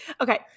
Okay